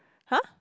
!huh!